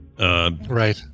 Right